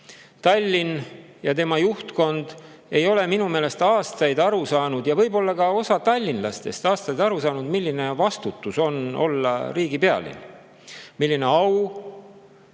Tallinn ja tema juhtkond ei ole minu meelest aastaid aru saanud – ja võib-olla ka osa tallinlastest ei ole aru saanud –, milline vastutus on olla riigi pealinn, milline au